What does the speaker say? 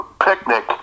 picnic